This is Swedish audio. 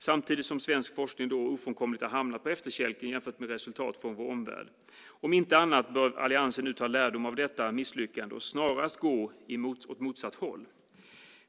Samtidigt har svensk forskning ofrånkomligt hamnat på efterkälken i jämförelse med resultat från vår omvärld. Om inte annat bör alliansen nu dra lärdom av detta misslyckande och snarast gå åt motsatt håll.